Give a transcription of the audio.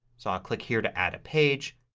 so i'll click here to add a page.